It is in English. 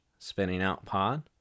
spinningoutpod